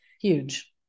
huge